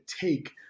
take